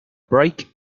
break